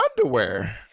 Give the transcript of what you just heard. underwear